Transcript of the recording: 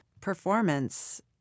performance